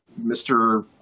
Mr